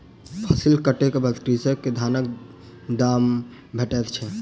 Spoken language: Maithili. फसिल कटै के बाद कृषक के धानक दाम भेटैत छै